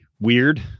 weird